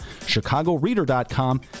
chicagoreader.com